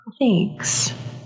thanks